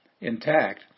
intact